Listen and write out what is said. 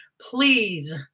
Please